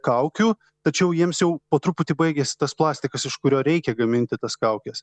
kaukių tačiau jiems jau po truputį baigiasi tas plastikas iš kurio reikia gaminti tas kaukes